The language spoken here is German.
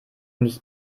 mich